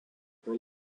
were